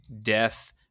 death